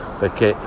perché